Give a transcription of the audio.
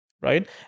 right